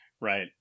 Right